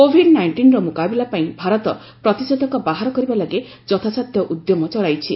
Covid ନାଇଷ୍ଟିର ମୁକାବିଲା ପାଇଁ ଭାରତ ପ୍ରତିଷେଧକ ବାହାର କରିବା ଲାଗି ଯଥାସାଧ୍ୟ ଉଦ୍ୟମ ଚଳାଇଛି